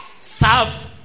Serve